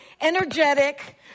energetic